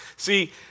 See